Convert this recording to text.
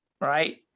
right